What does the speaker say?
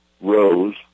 rose